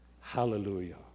hallelujah